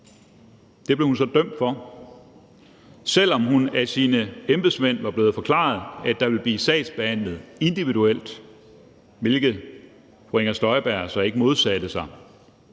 Det blev hun så dømt for, selv om hun af sine embedsmænd var blevet forklaret, at der ville blive sagsbehandlet individuelt, hvilket fru Inger Støjberg så ikke modsatte sig.